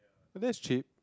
this cheap